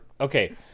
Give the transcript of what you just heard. okay